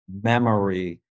memory